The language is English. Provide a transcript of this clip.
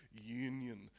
union